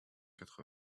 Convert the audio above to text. quatre